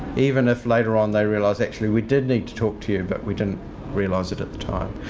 even if later on they realise actually we did need to talk to you, but we didn't realise it at the time.